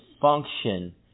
function